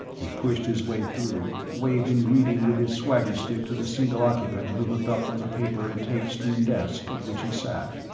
he pushed his way through, waved in greeting with his swagger stick to the single occupant who looked up from the paper and tape-strewn desk at which he sat.